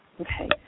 okay